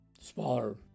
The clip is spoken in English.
Smaller